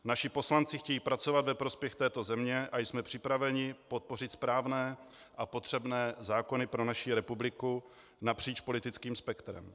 Naši poslanci chtějí pracovat ve prospěch této země a jsme připraveni podpořit správné a potřebné zákony pro naši republiku napříč politickým spektrem.